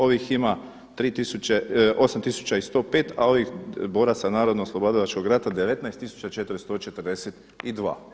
Ovih ima 8105 a ovih boraca narodno oslobodilačkog rata 19 442.